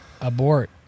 Abort